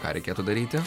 ką reikėtų daryti